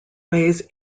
ways